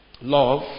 love